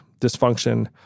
dysfunction